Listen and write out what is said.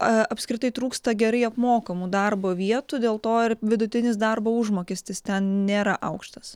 aa apskritai trūksta gerai apmokamų darbo vietų dėl to ir vidutinis darbo užmokestis ten nėra aukštas